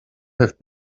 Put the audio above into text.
have